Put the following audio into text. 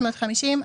650,